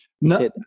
no